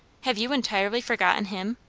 have you entirely forgotten him?